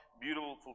beautiful